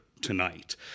tonight